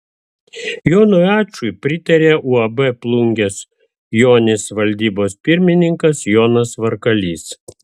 jonui ačui pritarė uab plungės jonis valdybos pirmininkas jonas varkalys